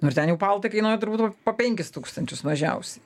nu ir ten jau paltai kainuoja turbūt po penkis tūkstančius mažiausiai